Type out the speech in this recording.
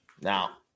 now